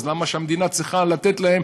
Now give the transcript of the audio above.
אז למה המדינה צריכה לתת להם,